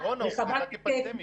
רחבת-היקף,